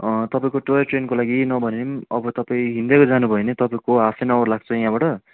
तपाईँको टोई ट्रेनको लागि केही नभने पनि अब तपाईँ हिँडेर जानु भयो भने तपाईँको हाफ एन् आवर लाग्छ यहाँबाट